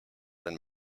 than